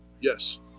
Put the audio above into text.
Yes